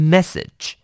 Message